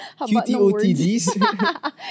QTOTDs